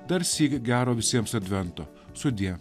darsyk gero visiems advento sudie